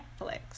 Netflix